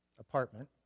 Apartment